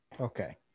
Okay